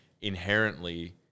inherently